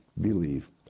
believe